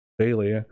daily